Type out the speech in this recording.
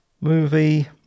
movie